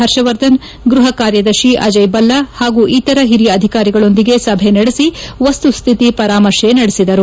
ಹರ್ಷವರ್ಧನ್ ಗ್ಬಹ ಕಾರ್ನದರ್ಶಿ ಅಜಯ್ ಭಲ್ನಾ ಹಾಗೂ ಇತರ ಹಿರಿಯ ಅಧಿಕಾರಿಗಳೊಂದಿಗೆ ಸಭೆ ನಡೆಸಿ ವಸ್ತುಸ್ತಿತಿ ಪರಾಮರ್ಶೆ ನಡೆಸಿದರು